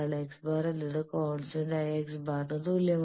x̄ എന്നത് കോൺസ്റ്റന്റായ x̄ ന് തുല്യമാണ്